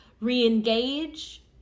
re-engage